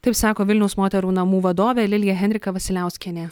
taip sako vilniaus moterų namų vadovė lilija henrika vasiliauskienė